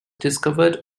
discovered